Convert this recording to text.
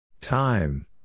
Time